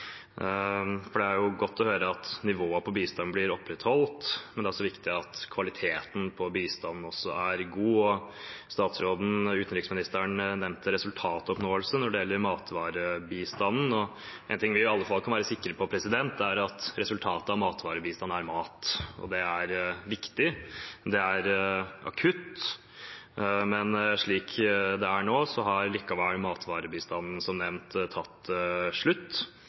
Det er godt å høre at nivået på bistanden blir opprettholdt, men det er også viktig at kvaliteten på bistanden er god. Utenriksministeren nevnte resultatoppnåelse når det gjelder matvarebistanden, og en ting vi i alle fall kan være sikre på, er at resultatet av matvarebistand er mat. Det er viktig, og det er akutt. Slik det er nå, har matvarebistanden likevel tatt slutt, som nevnt,